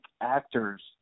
actors